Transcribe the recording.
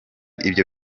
ibyo